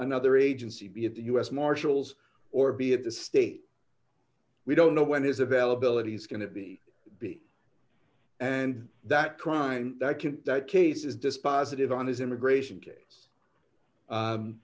another agency be it the u s marshals or be at the state we don't know when his availability is going to be big and that crime that can that case is dispositive on his immigration case